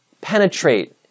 penetrate